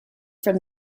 from